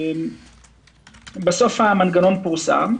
בסוף המנגנון פורסם,